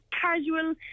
casual